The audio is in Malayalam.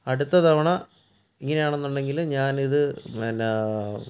അടുത്ത തവണ ഇങ്ങനെ ആണെന്നുണ്ടെങ്കിൽ ഞാൻ ഇത് എന്നാം